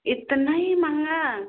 इतना ही महंगा